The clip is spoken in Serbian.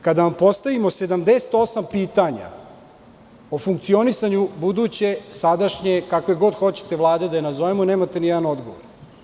Kada vam postavimo 78 pitanja o funkcionisanju buduće, sadašnje, kakve god hoćete vlade da je nazovemo, nemate ni jedan odgovor.